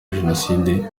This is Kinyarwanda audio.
jenoside